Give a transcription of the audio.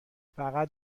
فقط